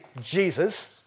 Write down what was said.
Jesus